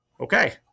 Okay